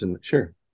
Sure